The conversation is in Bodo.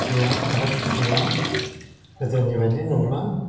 थिया आबाद खेथिया गोदोनि बायदि नंला